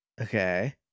Okay